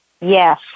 Yes